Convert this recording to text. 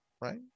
right